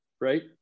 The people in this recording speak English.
right